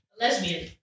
Lesbian